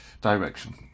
Direction